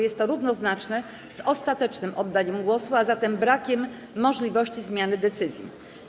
Jest to równoznaczne z ostatecznym oddaniem głosu, a zatem brakiem możliwości zmiany decyzji.